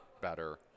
better